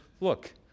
look